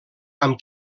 amb